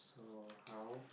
so how